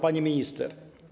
Pani Minister!